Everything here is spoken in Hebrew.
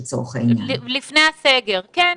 לפני הסגר, כן.